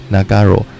Nagaro